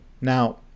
Now